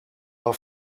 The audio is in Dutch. wel